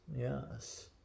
Yes